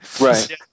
Right